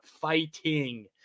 fighting